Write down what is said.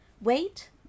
Wait